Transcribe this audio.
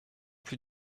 plus